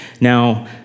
Now